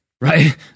right